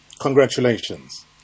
Congratulations